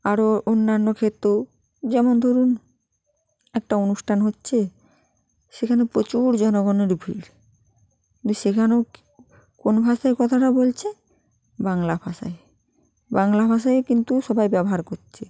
আরও অন্যান্য ক্ষেত্রেও যেমন ধরুন একটা অনুষ্ঠান হচ্ছে সেখানে প্রচুর জনগণের ভিড় কিন্তু সেখানেও কোন ভাষায় কথাটা বলছে বাংলা ভাষায় বাংলা ভাষাই কিন্তু সবাই ব্যবহার করছে